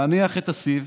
להניח את הסיב